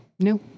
No